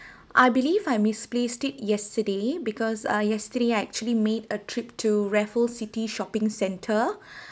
I believe I misplaced it yesterday because uh yesterday I actually made a trip to raffles city shopping centre